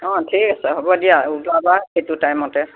অঁ ঠিক আছে হ'ব দিয়া ওলাবা সেইটো টাইমতে